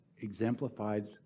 exemplified